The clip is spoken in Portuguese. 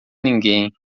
ninguém